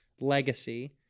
legacy